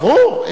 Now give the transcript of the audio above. ברור.